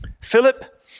Philip